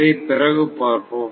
இதை பிறகு பார்ப்போம்